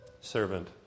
Servant